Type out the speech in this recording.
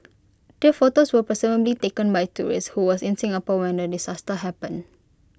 the photos were presumably taken by A tourist who was in Singapore when the disaster happened